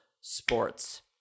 sports